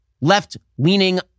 left-leaning